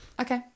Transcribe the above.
Okay